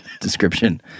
description